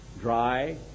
dry